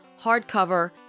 hardcover